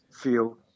feel